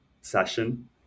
session